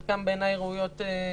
חלקן ראויות להישמע,